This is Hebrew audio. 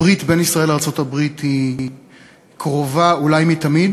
הברית בין ישראל לארצות-הברית היא קרובה אולי מתמיד,